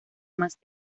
más